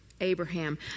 Abraham